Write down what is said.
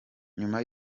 nyuma